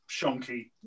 shonky